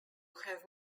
have